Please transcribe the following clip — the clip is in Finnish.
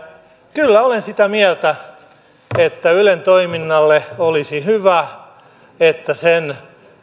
kyllä olen sitä mieltä että ylen toiminnalle olisi hyvä että sen